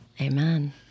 Amen